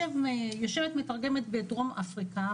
יושבת מתרגמת בדרום אפריקה,